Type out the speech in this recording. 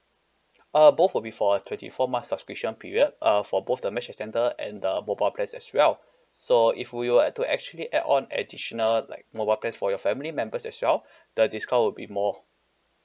uh both will be for a twenty four months subscription period uh for both the mesh extender and the mobile plans as well so if we were uh to actually add on additional like mobile plans for your family members as well the discount will be more